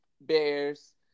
Bears